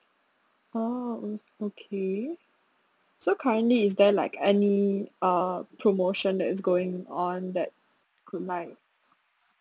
oh o~ okay so currently is there like any uh promotion that is going on that could like